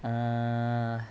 err